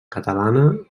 catalana